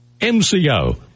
MCO